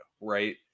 right